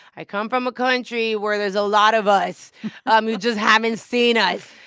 i come from a country where there's a lot of us um you just haven't seen us.